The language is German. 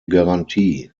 garantie